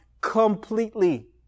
completely